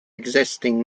existing